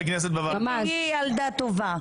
אם תהיי ילדה טובה.